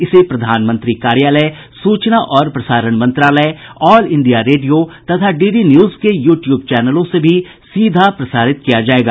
इसे प्रधानमंत्री कार्यालय सूचना और प्रसारण मंत्रालय ऑल इंडिया रेडियो तथा डी डी न्यूज के यू ट्यूब चैनलों से सीधा प्रसारित किया जायेगा